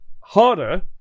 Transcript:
harder